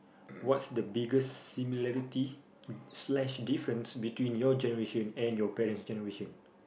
what's the biggest similarity slash difference between your generation and your parents generation